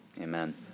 Amen